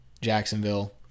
Jacksonville